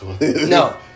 No